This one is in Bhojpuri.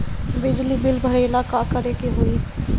बिजली बिल भरेला का करे के होई?